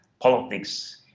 politics